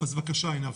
בקשה, עינב.